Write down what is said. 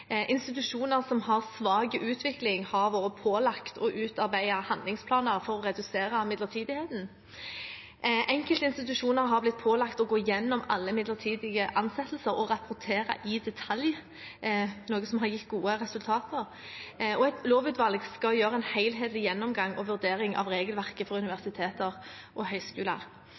vært pålagt å utarbeide handlingsplaner for å redusere midlertidigheten. Enkelte institusjoner har blitt pålagt å gå gjennom alle midlertidige ansettelser og rapportere i detalj, noe som har gitt gode resultater. Et lovutvalg skal gjøre en helhetlig gjennomgang og vurdering av regelverket for universiteter og høyskoler.